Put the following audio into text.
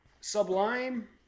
Sublime